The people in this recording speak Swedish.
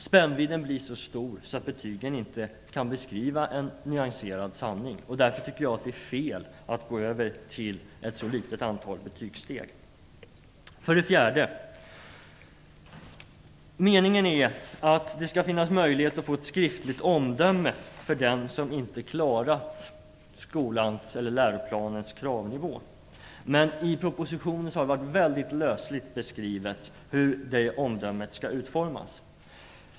Spännvidden blir för stor, så att betygen inte kan beskriva en nyanserad sanning. Jag tycker därför att det är fel att gå över till ett så litet antal betygssteg. För det fjärde är det meningen att det skall finnas möjlighet för den som inte klarat skolans eller läroplanens kravnivå att få ett skriftligt omdöme, men det har i propositionen mycket lösligt beskrivits hur det omdömet skall utformas.